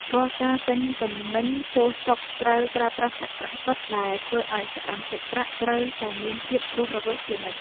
រាល់ការទិញទំនិញចូលស្តុកត្រូវប្រើប្រាស់សាច់ប្រាក់សុទ្ធដែលធ្វើឱ្យចរន្តសាច់ប្រាក់ត្រូវតែមានភាពរស់រវើកជានិច្ច។